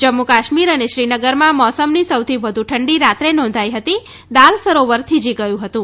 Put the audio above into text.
જમ્મુ કાશ્મીર અને શ્રીનગરમાં મોસમની સૌથી વધુ ઠંડી રાત્રે નોંધાઈ હતી અને દાલ સરોવર થીજી ગયું હતું